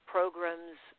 programs